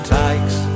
takes